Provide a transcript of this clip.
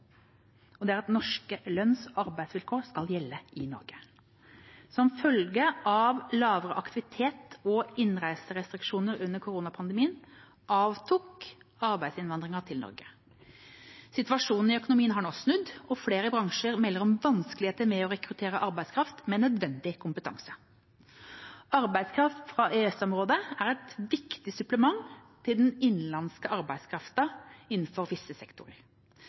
Det er at norske lønns- og arbeidsvilkår skal gjelde i Norge. Som følge av lavere aktivitet og innreiserestriksjoner under koronapandemien avtok arbeidsinnvandringen til Norge. Situasjonen i økonomien har nå snudd, og flere bransjer melder om vanskeligheter med å rekruttere arbeidskraft med nødvendig kompetanse. Arbeidskraft fra EØS-området er et viktig supplement til den innenlandske arbeidskraften innenfor visse sektorer.